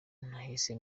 nahise